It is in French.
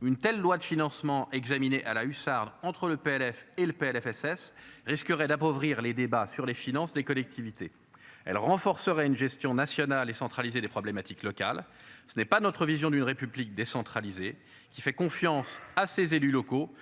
Une telle loi de financement examiné à la hussarde entre le PLF et le Plfss risquerait d'appauvrir les débats sur les finances des collectivités, elle renforcerait une gestion nationale et centralisée des problématiques locales, ce n'est pas notre vision d'une république décentralisée qui fait confiance à ses élus locaux